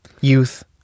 youth